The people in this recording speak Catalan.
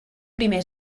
primer